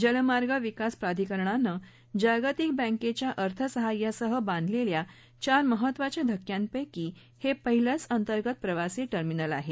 जलमार्ग विकास प्राधिकरणानं जागतिक बँकच्या अर्थसहाय्यासह बांधलेल्या चार महत्त्वाच्या धक्क्यांपैकी हे पहिलंच अंतर्गत प्रवासी टर्मिनल आहे